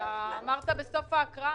אמרת בסוף ההקראה.